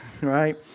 right